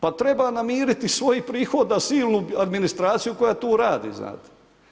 Pa treba namiriti svoj prihod da silnu administraciju koja tu radi znate.